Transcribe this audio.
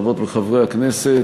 חברות וחברי הכנסת,